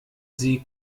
sie